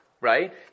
right